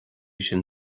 sin